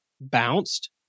bounced